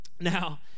Now